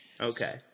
Okay